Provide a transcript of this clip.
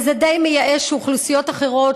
וזה די מייאש שאוכלוסיות אחרות,